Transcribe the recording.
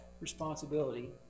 responsibility